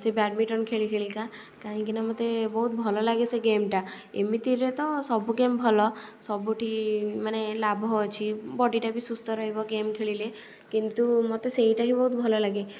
ସେ ବ୍ୟାଡମିଣ୍ଟନ୍ ଖେଳି ଖେଳିକା କାହିଁକି ନା ମୋତେ ବହୁତ ଭଲ ଲାଗେ ସେ ଗେମ୍ଟା ଏମିତିରେ ତ ସବୁ ଗେମ୍ ଭଲ ସବୁଠି ମାନେ ଲାଭ ଅଛି ବଡ଼ିଟା ବି ସୁସ୍ଥ ରହିବ ଗେମ୍ ଖେଳିଲେ କିନ୍ତୁ ମୋତେ ସେଇଟା ହିଁ ବହୁତ ଭଲ ଲାଗେ